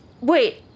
Wait